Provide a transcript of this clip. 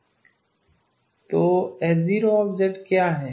तो H0 क्या है